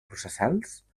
processals